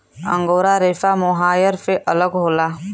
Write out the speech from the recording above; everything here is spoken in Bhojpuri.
अंगोरा रेसा मोहायर से अलग होला